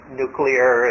nuclear